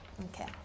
Okay